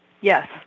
Yes